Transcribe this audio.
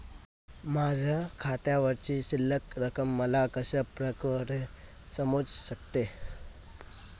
माझ्या खात्यावरची शिल्लक रक्कम मला कशा प्रकारे समजू शकते?